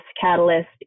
catalyst